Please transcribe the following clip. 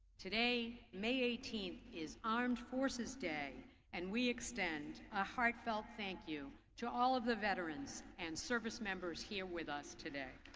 today, may eighteenth is armed forces day and we extend a heartfelt thank you to all of the veterans and service members here with us there